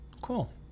Cool